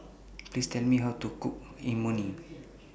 Please Tell Me How to Cook Imoni